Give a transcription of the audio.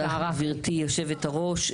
תודה לך גבירתי היו"ר.